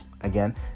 again